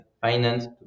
finance